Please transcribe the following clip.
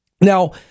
now